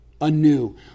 anew